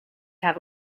have